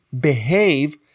behave